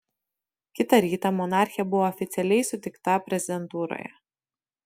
kitą rytą monarchė buvo oficialiai sutikta prezidentūroje